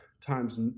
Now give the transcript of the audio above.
times